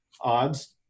odds